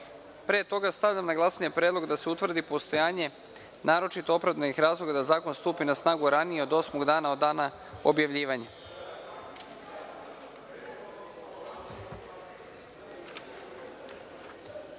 toga stavljam na glasanje predlog da se utvrdi postojanje naročito opravdanih razloga da zakon stupi na snagu ranije od osmog dana od dana objavljivanja. Molim